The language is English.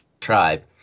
tribe